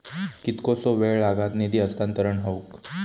कितकोसो वेळ लागत निधी हस्तांतरण हौक?